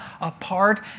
apart